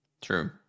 true